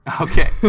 Okay